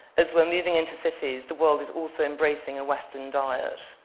as we're moving into cities, the world is also embracing western diet.